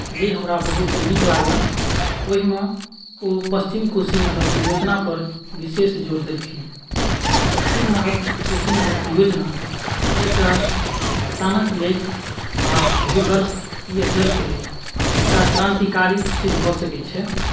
जे हमरा बहुत नीक लागल ओहिमे ओ पच्छिम कोशी नहर परियोजनापर विशेष जोर देलखिन पच्छिम नहर कोशी नहर परियोजना एकटा किसानके लेल आओर भूगर्भ या जलके लेल एकटा क्रान्तिकारी सिद्ध भऽ सकै छै